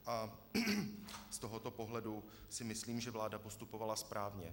Z tohoto pohledu si myslím, že vláda postupovala správně.